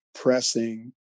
pressing